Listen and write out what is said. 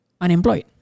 unemployed